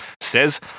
Says